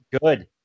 good